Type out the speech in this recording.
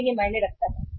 लेकिन यह मायने रखता है